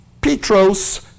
Petros